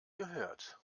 gehört